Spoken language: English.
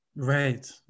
Right